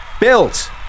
Built